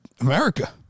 America